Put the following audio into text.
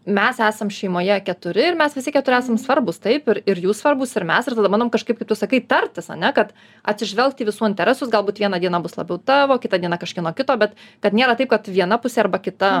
mes esam šeimoje keturi ir mes visi keturi esam svarbūs taip ir ir jūs svarbūs ir mes ir tada mano kažkaip kaip tu sakai tartis ane kad atsižvelgt į visų interesus galbūt vieną dieną bus labiau tavo kitą dieną kažkieno kito bet kad niera taip kad viena pusė arba kita